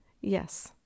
yes